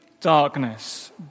darkness